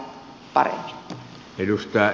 arvoisa puheenjohtaja